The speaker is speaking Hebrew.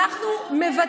מיכל,